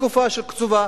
לתקופה קצובה,